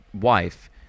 wife